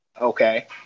okay